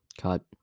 cut